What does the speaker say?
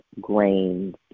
grains